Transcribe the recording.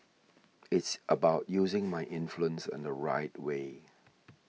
it's about using my influence in the right way